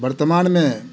वर्तमान में